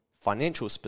financial